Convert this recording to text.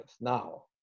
now